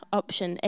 option